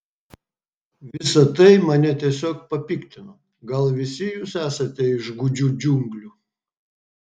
visa tai mane tiesiog papiktino gal visi jūs esate iš gūdžių džiunglių